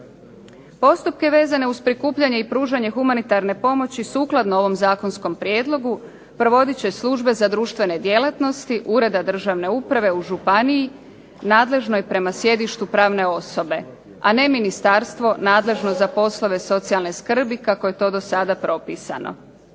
Postupke vezane uz prikupljanje i pružanje humanitarne pomoći sukladno ovom zakonskom prijedlogu provodit će službe za društvene djelatnosti ureda državne uprave u županiji, nadležnoj prema sjedištu pravne osobe, a ne ministarstvo nadležno za poslove socijalne skrbi kako je to do sada propisano.